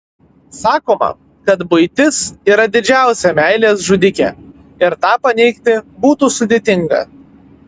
sakoma kad buitis yra didžiausia meilės žudikė ir tą paneigti būtų sudėtinga